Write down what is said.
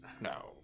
No